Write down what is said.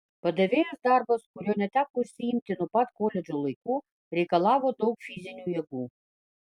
padavėjos darbas kuriuo neteko užsiimti nuo pat koledžo laikų reikalavo daug fizinių jėgų